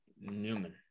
Newman